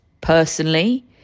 personally